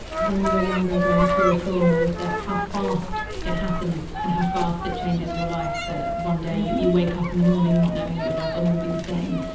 when you were younger going through a trauma is that how fast it happens and how fast it changes your life, that one day you you wake up in the morning not knowing your life will never be the same.